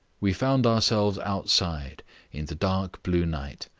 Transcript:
we found ourselves outside in the dark blue night,